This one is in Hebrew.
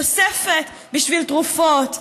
תוספת בשביל תרופות,